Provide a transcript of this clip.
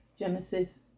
Genesis